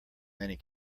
many